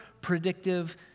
predictive